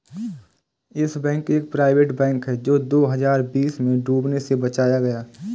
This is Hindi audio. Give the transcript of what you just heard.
यस बैंक एक प्राइवेट बैंक है जो दो हज़ार बीस में डूबने से बचाया गया